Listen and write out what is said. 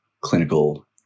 clinical